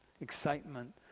excitement